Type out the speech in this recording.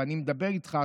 ואני מדבר איתך,